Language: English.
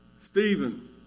Stephen